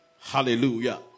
Hallelujah